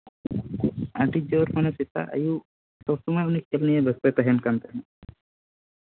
ᱟᱹᱰᱤ ᱡᱳᱨ ᱢᱟᱱᱮ ᱥᱮᱛᱟᱜ ᱟᱹᱭᱩᱵᱽ ᱥᱚᱵ ᱥᱚᱢᱚᱭ ᱩᱱᱤ ᱠᱟᱹᱢᱤ ᱱᱤᱭᱮ ᱵᱮᱥᱛᱚᱭ ᱛᱟᱦᱮᱱ ᱠᱟᱱ ᱛᱟᱦᱮᱜ